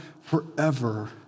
forever